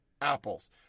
apples